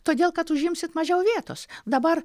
todėl kad užimsit mažiau vietos dabar